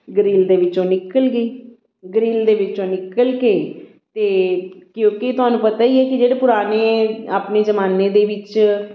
grill ਦੇ ਵਿੱਚੋਂ ਨਿਕਲ ਗਈ ਗਰਿੱਲ ਦੇ ਵਿੱਚੋਂ ਨਿਕਲ ਕੇ ਤਾਂ ਕਿਉਂਕਿ ਤੁਹਾਨੂੰ ਪਤਾ ਹੀ ਹੈ ਕਿ ਜਿਹੜੇ ਪੁਰਾਣੇ ਆਪਣੇ ਜਮਾਨੇ ਦੇ ਵਿੱਚ